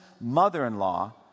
mother-in-law